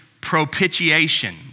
propitiation